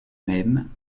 même